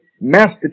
Master